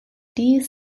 dies